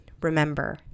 Remember